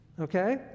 okay